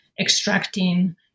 extracting